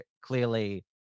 clearly